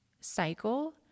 cycle